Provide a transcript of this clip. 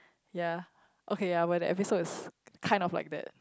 ya okay ya when the episode is kinda like that